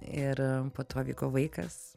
ir a po to vyko vaikas